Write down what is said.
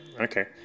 Okay